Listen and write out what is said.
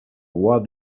what